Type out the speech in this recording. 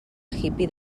hippy